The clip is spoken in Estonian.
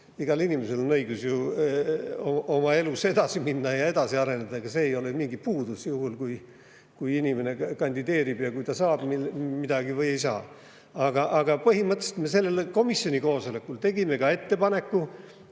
Igal inimesel on ju õigus oma elus edasi minna ja edasi areneda. Ega see ei ole mingi puudus, kui inimene kandideerib ja ta saab või ei saa midagi. Aga põhimõtteliselt me sellel komisjoni koosolekul tegime ka [ühe] ettepaneku,